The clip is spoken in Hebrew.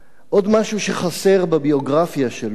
עוד משהו שחסר בביוגרפיה שלו,